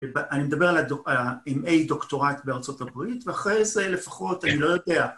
אני מדבר עם איי דוקטורט בארה״ב ואחרי זה לפחות אני לא יודע